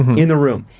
in the room.